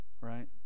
right